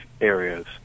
areas